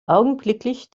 augenblicklich